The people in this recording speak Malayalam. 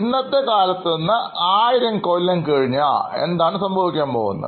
ഇന്നത്തെ കാലത്തുനിന്ന് ആയിരം കൊല്ലം കഴിഞ്ഞാൽ എന്താണ് സംഭവിക്കാൻ പോകുന്നത്